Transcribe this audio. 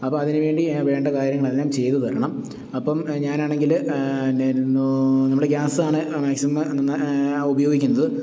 അപ്പോള് അതിനുവേണ്ടി വേണ്ട കാര്യങ്ങളെല്ലാം ചെയ്തുതരണം അപ്പോള് ഞാനാണെങ്കില് എന്നായിരുന്നു നമ്മുടെ ഗ്യാസാണ് മാക്സിമം ഉപയോഗിക്കുന്നത്